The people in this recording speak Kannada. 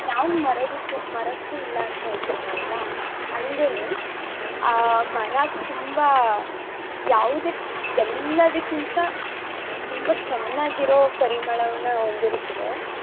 ಯಾವ ಮರದಕ್ಕು ಮರಕ್ಕೂ ಇಲ್ಲಾಂತ ಹೇಳ್ತಾರಲ್ವಾ ಹಂಗೆನೆ ಮರ ತುಂಬ ಯಾವುದೆ ಎಲ್ಲದಕ್ಕಿಂತ ತುಂಬ ಚೆನ್ನಾಗಿರೊ ಪರಿಮಳವನ್ನು ಹೊಂದಿರುತ್ತದೆ